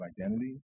identity